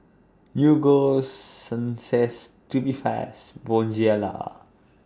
Ego Sunsense Tubifast Bonjela